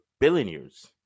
billionaires